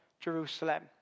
Jerusalem